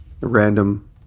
random